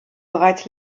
bereits